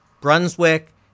Brunswick